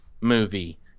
movie